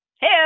Hey